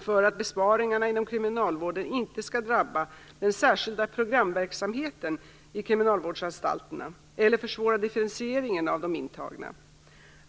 för att besparingarna inom kriminalvården inte skall drabba den särskilda programverksamheten vid kriminalvårdsanstalterna eller försvåra differentieringen av de intagna.